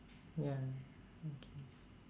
ya okay